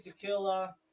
tequila